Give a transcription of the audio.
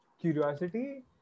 curiosity